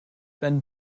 been